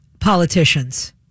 politicians